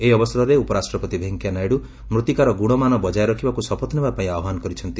ଏହି ଅବସରରେ ଉପରାଷ୍ଟ୍ରପତି ଭେଙ୍କିଆ ନାଇଡୁ ମୃତ୍ତିକାର ଗୁଣମାନ ବଜାୟ ରଖିବାକୁ ଶପଥ ନେବାପାଇଁ ଆହ୍ୱାନ କରିଛନ୍ତି